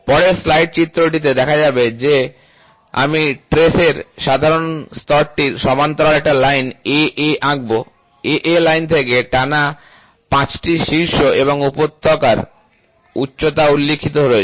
পরের স্লাইডে চিত্রটিতে দেখা যাবে যা আমি ট্রেসের সাধারণ স্তরটির সমান্তরাল একটি লাইন AA আঁকব AA লাইন থেকে টানা 5 টি শীর্ষ এবং উপত্যকার উচ্চতা উল্লিখিত হয়েছে